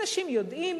אנשים יודעים